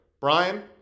Brian